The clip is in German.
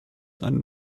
einen